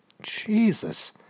Jesus